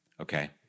Okay